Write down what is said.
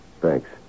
Thanks